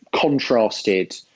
contrasted